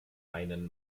einen